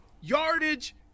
yardage